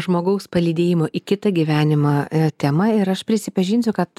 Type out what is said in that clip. žmogaus palydėjimo į kitą gyvenimą tema ir aš prisipažinsiu kad